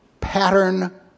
pattern